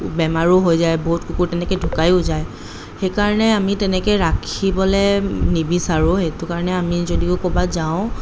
বেমাৰো হৈ যায় বহুত কুকুৰ তেনেকৈ ঢুকাইও যায় সেই কাৰণে আমি তেনেকৈ ৰাখিবলৈ নিবিচাৰো সেইটো কাৰণে আমি যদিও ক'ৰবাত যাওঁ